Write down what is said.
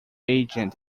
agent